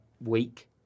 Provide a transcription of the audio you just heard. week